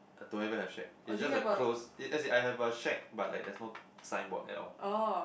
I don't even have shack it's just a close it as in I have a shack but like there is no signboard at all